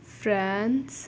France